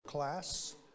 class